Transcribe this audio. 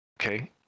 okay